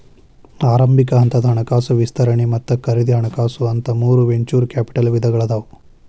ಆರಂಭಿಕ ಹಂತದ ಹಣಕಾಸು ವಿಸ್ತರಣೆ ಮತ್ತ ಖರೇದಿ ಹಣಕಾಸು ಅಂತ ಮೂರ್ ವೆಂಚೂರ್ ಕ್ಯಾಪಿಟಲ್ ವಿಧಗಳಾದಾವ